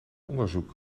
onderzoek